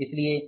इसलिए